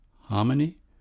harmony